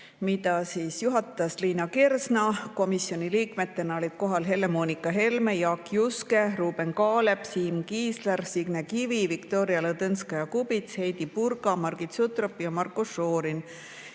mida juhatas Liina Kersna. Komisjoni liikmetena olid kohal Helle-Moonika Helme, Jaak Juske, Ruuben Kaalep, Siim Kiisler, Signe Kivi, Viktoria Ladõnskaja-Kubits, Heidy Purga, Margit Sutrop ja Marko Šorin.